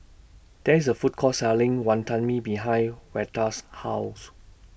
There IS A Food Court Selling Wonton Mee behind Veda's House